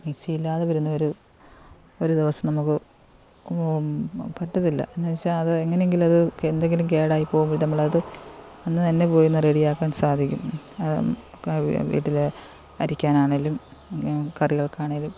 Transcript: mixie ഇല്ലാതെ വരുന്നവർ ഒരു ദിവസം നമുക്ക് പറ്റത്തില്ല എന്നാച്ചാൽ അത് എങ്ങനെങ്കിലും അത് എന്തെങ്കിലും കേടായി പോകുമ്പോൾ നമ്മളത് അന്ന് തന്നെ പോയൊന്ന് റെഡിയാക്കാൻ സാധിക്കും ക വി വീട്ടിലെ അരയ്ക്കാനാണേലും കറികൾക്കാണേലും